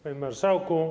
Panie Marszałku!